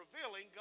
revealing